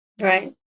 Right